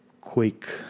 quick